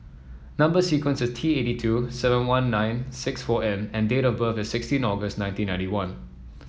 number sequence is T eighty two seven one nine six four N and date of birth is sixteen August nineteen ninety one